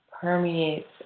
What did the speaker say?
permeates